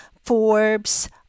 Forbes